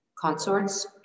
Consorts